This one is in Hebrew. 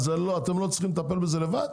אתם לא צריכים לטפל בזה לבד?